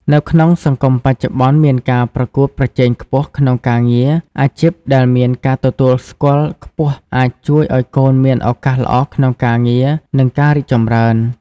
នៅក្នុងសង្គមបច្ចប្បន្នមានការប្រកួតប្រជែងខ្ពស់ក្នុងការងារ អាជីពដែលមានការទទួលស្គាល់ខ្ពស់អាចជួយឲ្យកូនមានឱកាសល្អក្នុងការងារ និងការរីកចម្រើន។